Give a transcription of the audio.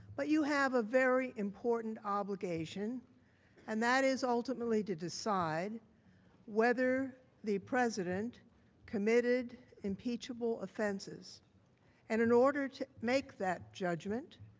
but you have a very important obligation and that is ultimately to decide whether the president committed impeachable offenses and in order to make that judgment,